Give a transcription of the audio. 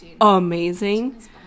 amazing